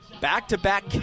Back-to-back